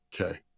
Okay